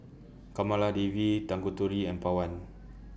Kamaladevi Tanguturi and Pawan